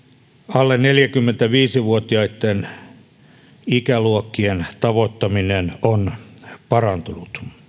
alle neljäkymmentäviisi vuotiaitten ikäluokkien tavoittaminen on parantunut